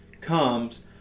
comes